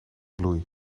bloei